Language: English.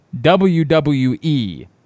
WWE